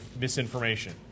misinformation